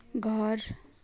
घर